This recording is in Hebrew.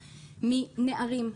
מנערים,